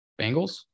Bengals